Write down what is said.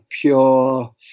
pure